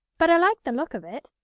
but i like the look of it.